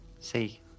See